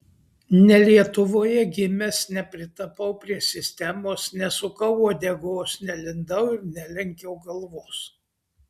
ne lietuvoje gimęs nepritapau prie sistemos nesukau uodegos nelindau ir nelenkiau galvos